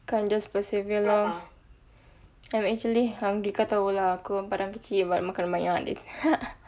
kau just persevere lor I'm actually hungry kau tahu lah aku badan kecil but makan banyak